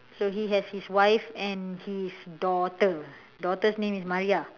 so he has his wife and his daughter daughter's name is Maria